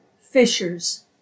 fishers